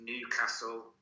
Newcastle